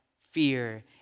fear